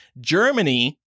Germany